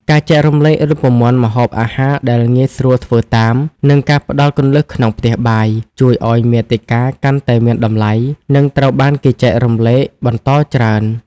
ការចែករំលែករូបមន្តម្ហូបអាហារដែលងាយស្រួលធ្វើតាម និងការផ្ដល់គន្លឹះក្នុងផ្ទះបាយ ជួយឱ្យមាតិកាកាន់តែមានតម្លៃ និងត្រូវបានគេចែករំលែកបន្តច្រើន។